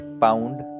Pound